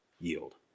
yield